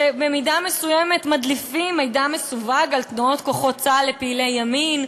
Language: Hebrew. שבמידה מסוימת מדליפים מידע מסווג על תנועות כוחות צה"ל לפעילי ימין,